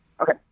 Okay